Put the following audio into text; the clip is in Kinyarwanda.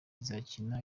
izakina